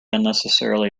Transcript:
unnecessarily